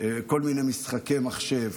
כל מיני משחקי מחשב,